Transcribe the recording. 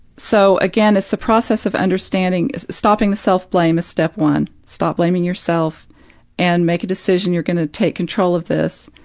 so again, it's the process of understanding stopping the self blame is step one stop blaming yourself and make a decision, you're going to take control of this,